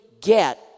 get